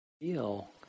feel